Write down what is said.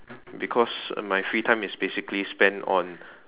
because my free time is basically spent on